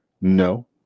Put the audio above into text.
No